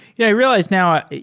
yeah. i realize now,